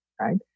right